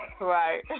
Right